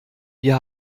wir